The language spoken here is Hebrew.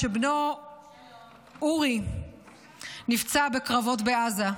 שבנו אורי נפצע בקרבות בעזה.